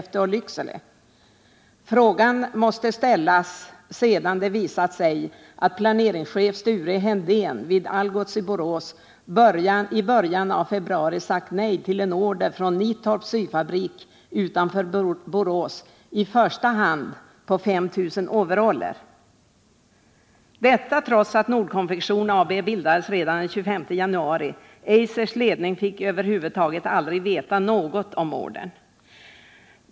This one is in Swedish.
Frågan måste ställas, sedan det visat sig att planeringschef Sture Hendén vid Algots i Borås i början av februari sagt nej till en order från Nittorps syfabrik utanför Borås på i första hand 5 000 overaller. Detta trots att Nordkonfektion AB bildades redan den 25 januari. Eisers ledning fick överhuvudtaget aldrig veta något om ordern.